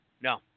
No